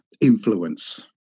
influence